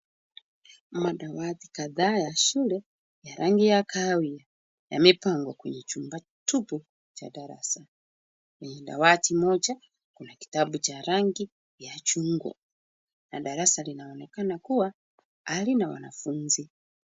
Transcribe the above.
Madawati kadhaa ya shule ya rangi ya kahawia yamepangwa kwenye chumba tupu cha darasa. Ni dawati moja, kuna kitabu cha rangi ya chungwa na darasa linaoonekana kuwa halina wanafunzi.